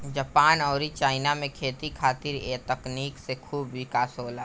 Japan अउरी China में खेती खातिर ए तकनीक से खूब विकास होला